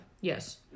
Yes